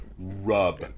Rub